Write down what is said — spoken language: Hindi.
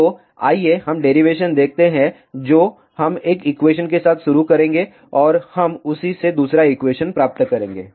तो आइए हम डेरिवेशन देखते हैं जो हम एक एक्वेशन के साथ शुरू करेंगे और हम उसी से दूसरा एक्वेशन प्राप्त करेंगे